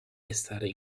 restare